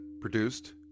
produced